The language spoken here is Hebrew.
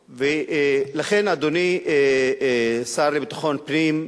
ולכן, אדוני, השר לביטחון פנים,